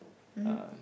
uh